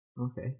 Okay